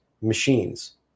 machines